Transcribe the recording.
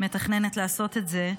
מתכננת לעשות את זה,